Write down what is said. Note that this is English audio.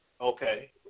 Okay